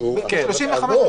ב-(35),